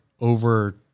over